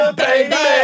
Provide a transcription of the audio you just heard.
baby